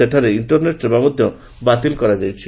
ସେଠାରେ ଇଷ୍କର୍ନେଟ୍ ସେବା ମଧ୍ୟ ବାତିଲ୍ କରାଯାଇଛି